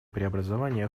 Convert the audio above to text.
преобразования